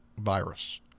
virus